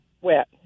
Wet